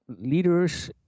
Leaders